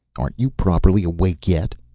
aren't you properly awake yet?